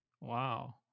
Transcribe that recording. Wow